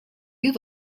you